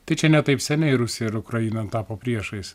tai čia ne taip seniai rusija ir ukraina tapo priešais